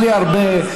בלי הרבה,